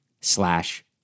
slash